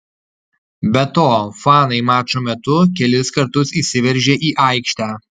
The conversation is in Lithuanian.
be to fanai mačo metu kelis kartus įsiveržė į aikštę